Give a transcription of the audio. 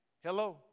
Hello